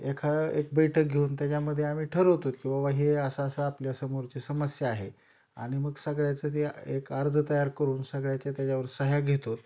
एखा एक बैठक घेऊन त्याच्यामध्ये आम्ही ठरवतो की बाबा हे असं असं आपल्या समोरची समस्या आहे आणि मग सगळ्याचं ते एक अर्ज तयार करून सगळ्याचे त्याच्यावर सह्या घेतो